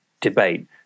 debate